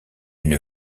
une